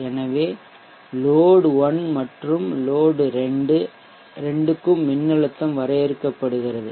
எனவே லோட் 1 மற்றும் லோட் 2 க்கும் மின்னழுத்தம் வரையறுக்கப்படுகிறது